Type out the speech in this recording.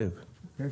קווים,